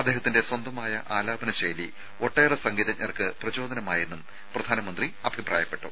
അദ്ദേഹത്തിന്റെ സ്വന്തമായ ആലാപന ശൈലി ഒട്ടേറെ സംഗീതജ്ഞർക്ക് പ്രചോദനമായെന്നും പ്രധാനമന്ത്രി അഭിപ്രായപ്പെട്ടു